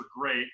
great